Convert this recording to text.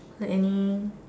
like any